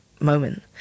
moment